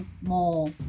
more